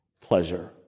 pleasure